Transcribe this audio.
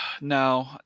No